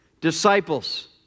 disciples